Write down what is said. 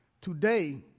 today